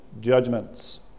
judgments